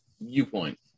viewpoint